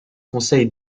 conseil